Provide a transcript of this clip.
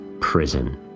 prison